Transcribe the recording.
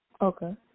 Okay